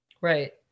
Right